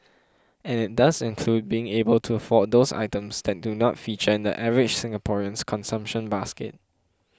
and it does include being able to afford those items that do not feature in the average Singaporean's consumption basket